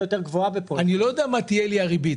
יותר גבוהה --- אני לא יודע מה תהיה לי הריבית,